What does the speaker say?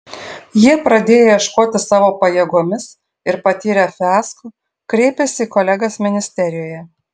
jie pradėję ieškoti savo pajėgomis ir patyrę fiasko kreipėsi į kolegas ministerijoje